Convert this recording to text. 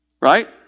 right